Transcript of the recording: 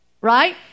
Right